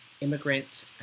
immigrant